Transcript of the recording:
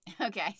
Okay